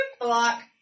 block